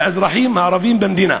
באזרחים הערבים במדינה.